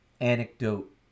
Anecdote